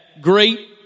great